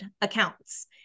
accounts